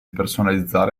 personalizzare